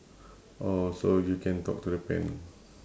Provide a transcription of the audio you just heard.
oh so you can talk to the pen